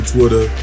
Twitter